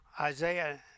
Isaiah